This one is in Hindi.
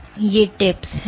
तो ये टिप्स हैं